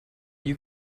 you